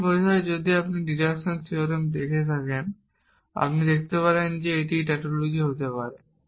এটি বোঝায় যদি আপনি ডিডাকশন থিওরেমটি দেখেন যে আমি যদি দেখাতে পারি যে এটি একটি টাউটোলজি হতে পারে